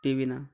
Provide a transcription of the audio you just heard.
TV ना